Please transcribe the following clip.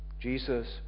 Jesus